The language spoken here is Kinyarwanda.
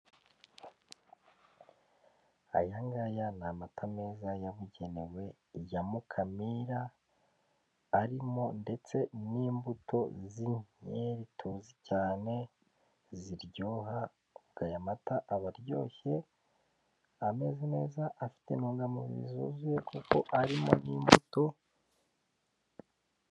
Aya ngaya ni amata meza yabugenewe ya Mukamira arimo ndetse n'imbuto z'inkerituzi cyane ziryoha, aya mata aba aryoshye, ameze neza afite intungamubiri zuzuye kuko arimo n'imbuto.